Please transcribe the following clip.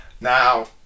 Now